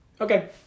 Okay